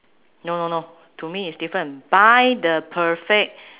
no no no to me is different buy the perfect